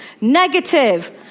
negative